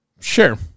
sure